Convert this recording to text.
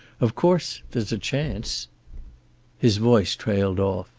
of course there's a chance his voice trailed off.